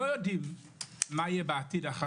לא יודעים מה יהיה בעתיד.